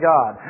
God